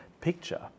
picture